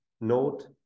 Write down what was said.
note